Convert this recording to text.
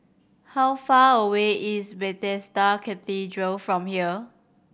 how far away is Bethesda Cathedral from here